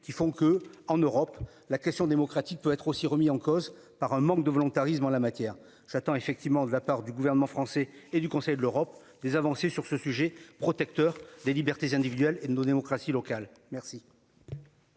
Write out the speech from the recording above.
qui font que, en Europe la question démocratique peut être aussi remis en cause par un manque de volontarisme en la matière j'attends effectivement de la part du gouvernement français et du Conseil de l'Europe des avancées sur ce sujet protecteur des libertés individuelles et de nos démocraties locales merci.